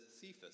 Cephas